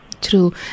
True